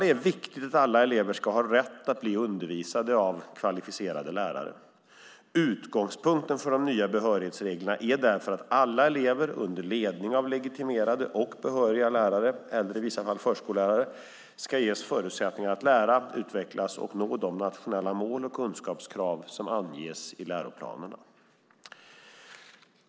Det är viktigt att alla elever ska ha rätt att bli undervisade av kvalificerade lärare. Utgångspunkten för de nya behörighetsreglerna är därför att alla elever under ledning av legitimerade och behöriga lärare, eller i vissa fall förskollärare, ska ges förutsättningar att lära, utvecklas och nå de nationella mål och kunskapskrav som anges i läroplanerna.